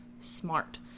smart